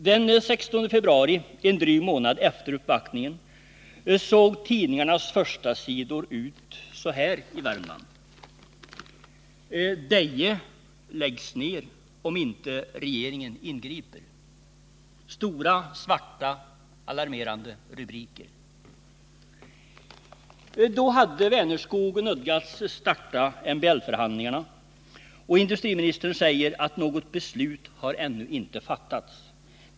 Den 16 februari — en dryg månad efter uppvaktningen — såg tidningarnas förstasidor ut så här i Värmland: ”Deje läggs ner om inte regeringen ingriper.” Det var stora, feta och alarmerande rubriker. Då hade Vänerskog nödgats starta MBL-förhandlingarna, och industriministern säger nu att något beslut ännu inte har fattats.